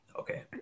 Okay